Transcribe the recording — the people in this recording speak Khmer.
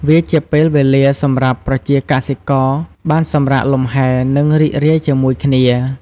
វាជាពេលវេលាសម្រាប់ប្រជាកសិករបានសម្រាកលំហែ និងរីករាយជាមួយគ្នា។